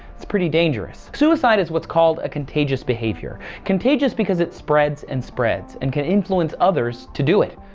it's pretty dangerous. suicide is what's called a contagious behavior. contagious because it spreads and spreads and can influence others to do it.